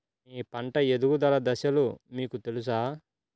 మీ పంట ఎదుగుదల దశలు మీకు తెలుసా?